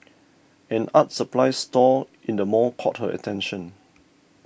an art supplies store in the mall caught her attention